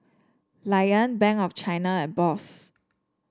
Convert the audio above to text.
Lion Bank of China and Bosch